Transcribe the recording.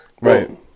Right